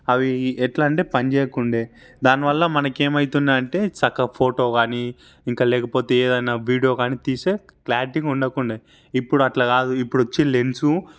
అవి ఎట్లా అంటే పనిచేయకుండే దానివల్ల మనకి ఏమవుతుందంటే చక్కగా ఫోటో కానీ ఇంకా లేకపోతే ఏదైనా వీడియో కానీ తీస్తే క్లారిటీగా ఉండకుండె ఇప్పుడు అట్ల కాదు ఇప్పుడు వచ్చిన లెన్సు